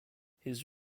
his